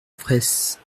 fraysse